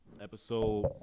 Episode